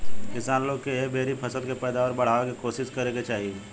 किसान लोग के एह बेरी फसल के पैदावार बढ़ावे के कोशिस करे के चाही